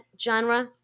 genre